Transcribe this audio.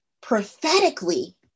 prophetically